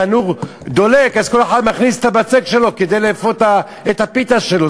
התנור דולק אז כל אחד מכניס את הבצק שלו כדי לאפות את הפיתה שלו.